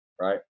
Right